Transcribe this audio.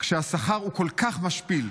כשהשכר הוא כל כך משפיל,